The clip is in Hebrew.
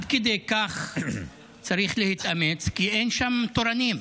עד כדי כך צריך להתאמץ, כי אין שם תורנים.